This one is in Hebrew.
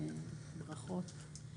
ברכות.